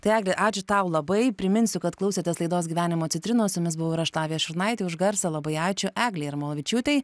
tai egle ačiū tau labai priminsiu kad klausėtės laidos gyvenimo citrinos su jumis buvau ir aš lavija šurnaitė už garsą labai ačiū eglei jarmolavičiūtei